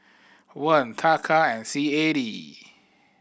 Won Taka and C A D